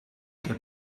get